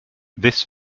this